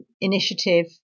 initiative